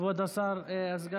כבוד סגן השר.